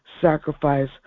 sacrifice